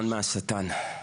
החיפזון מהשטן.